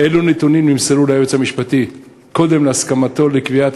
אילו נתונים נמסרו ליועץ המשפטי קודם להסכמתו לקביעת